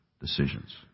decisions